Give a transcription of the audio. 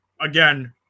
again